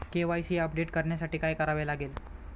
KYC update करण्यासाठी काय करावे लागेल?